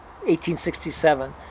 1867